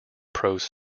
prose